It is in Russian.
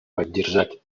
поддержать